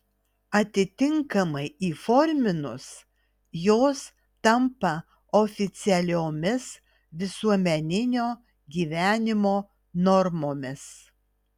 atitinkamai įforminus jos tampa oficialiomis visuomeninio gyvenimo normomis